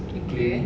okay